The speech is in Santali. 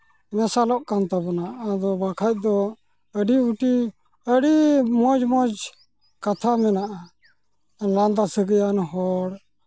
ᱢᱮᱥᱟᱞᱚᱜ ᱠᱟᱱ ᱛᱟᱵᱚᱱᱟ ᱟᱫᱚ ᱵᱟᱠᱷᱟᱱ ᱫᱚ ᱟᱹᱰᱤ ᱢᱤᱫᱴᱤᱱ ᱟᱹᱰᱤ ᱢᱚᱡᱽᱼᱢᱚᱡᱽ ᱠᱟᱛᱷᱟ ᱢᱮᱱᱟᱜᱼᱟ ᱞᱟᱸᱫᱟ ᱥᱟᱹᱜᱟᱹᱭᱟᱱ ᱦᱚᱲ